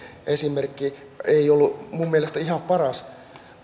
esimerkki ei ollut minun mielestäni ihan paras